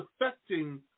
affecting